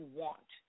want